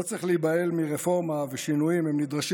לא צריך להיבהל מרפורמה ושינויים הנדרשים